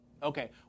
Okay